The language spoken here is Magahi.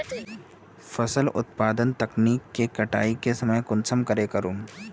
फसल उत्पादन तकनीक के कटाई के समय कुंसम करे करूम?